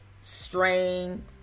strain